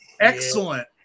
excellent